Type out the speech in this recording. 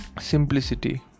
Simplicity